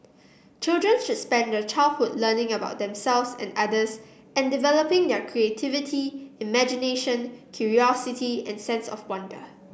children should spend their childhood learning about themselves and others and developing their creativity imagination curiosity and sense of wonder